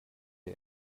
der